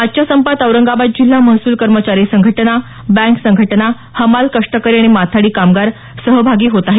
आजच्या संपात औरंगाबाद जिल्हा महसूल कर्मचारी संघटना बँक संघटना हमाल कष्टकरी आणि माथाडी कामगार सहभागी होत आहेत